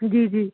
ਜੀ ਜੀ